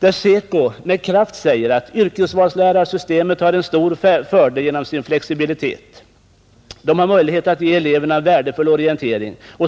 SECO säger med kraft att yrkesvalslärarsystemet har en stor fördel genom sin flexibilitet och att lärarna har möjlighet att ge eleverna en värdefull orientering.